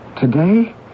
Today